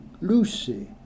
Lucy